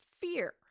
fear